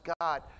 God